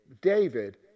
David